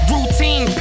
Routine